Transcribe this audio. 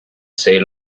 sailed